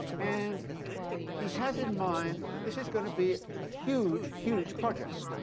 and he has in mind that this is going to be a huge, huge project.